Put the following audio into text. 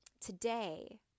Today